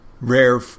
rare